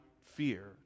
fear